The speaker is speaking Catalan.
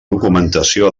documentació